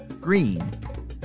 green